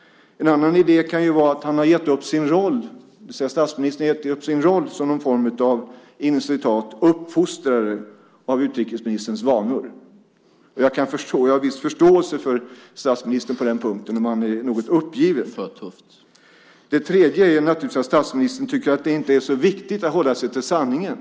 En annan idé kan vara att statsministern har gett upp sin roll som någon form av "uppfostrare" när det gäller utrikesministerns vanor. Och jag har viss förståelse för statsministern på den punkten och om han är något uppgiven. Det tredje är naturligtvis att statsministern inte tycker att det är så viktigt att hålla sig till sanningen.